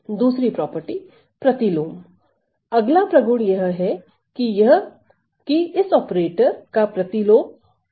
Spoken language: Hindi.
2 प्रतिलोम अगला प्रगुण यह है की इस ऑपरेटर का प्रतिलोम होता है